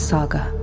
Saga